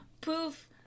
poof